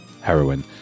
heroin